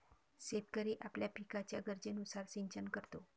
शेतकरी आपल्या पिकाच्या गरजेनुसार सिंचन करतो